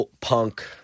punk